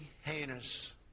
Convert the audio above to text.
heinous